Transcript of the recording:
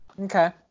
Okay